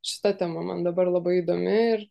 šita tema man dabar labai įdomi ir